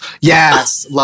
Yes